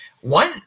one